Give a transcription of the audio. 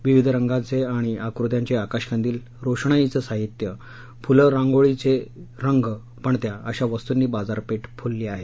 विविध रंगांचे आणि आकृत्यांचे आकाशकंदील रोषणाईचं साहित्य फुलं रांगोळीचे रंग पणत्या अशा वस्तुंनी बाजार फुलले आहेत